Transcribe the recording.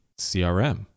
CRM